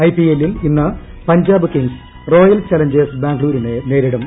ഐപിഎല്ലിൽ ഇന്ന് Punjab kings royal challengers ബെംഗളൂരുവിനെ നേരിടും